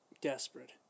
desperate